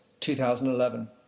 2011